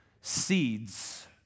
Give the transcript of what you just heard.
seeds